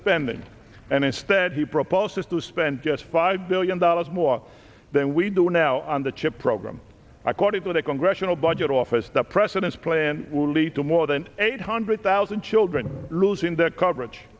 spending and instead he proposes to spend just five billion dollars more than we do now on the chip program i quote it with a congressional budget office the president's plan will lead to more than eight hundred thousand children losing that coverage